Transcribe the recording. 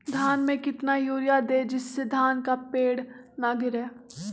धान में कितना यूरिया दे जिससे धान का पेड़ ना गिरे?